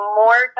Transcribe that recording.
more